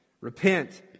Repent